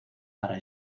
para